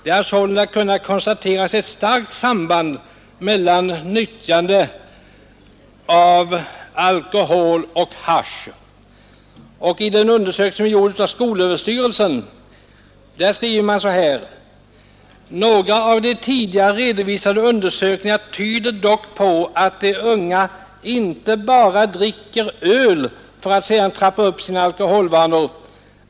Det har sålunda kunnat konstateras ett starkt samband mellan nyttjande av alkohol och hasch i ungdomskretsar.” I den undersökning som är gjord av skolöverstyrelsen skriver man: ”Några av de tidigare redovisade undersökningarna tyder dock på att de unga inte bara dricker öl, utan sedan de väl har debuterat dricker de mer eller mindre av andra sorter. De dricker i de flesta fall första gången öl för att sedan ”trappa upp” sina alkoholvanor.